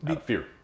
fear